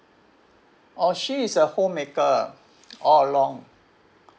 oh she is a homemaker all along